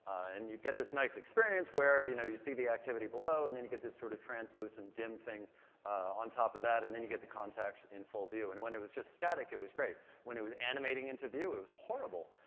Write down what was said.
and you'd get this nice experience where you know you see the activity below, and then you get this sort of translucent, dim thing on top of that, and then you get the contacts in full view. and when it was just static, it was great. when it was animating into view, it was horrible.